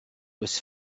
was